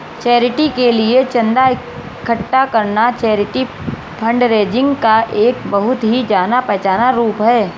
charity के लिए चंदा इकट्ठा करना चैरिटी फंडरेजिंग का एक बहुत ही जाना पहचाना रूप है